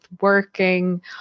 working